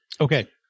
okay